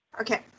Okay